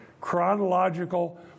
chronological